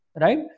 right